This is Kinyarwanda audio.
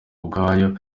ubwaryo